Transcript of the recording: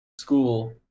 school